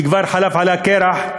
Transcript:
שכבר אבד עליה כלח,